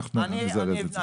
ואנחנו נזרז את זה.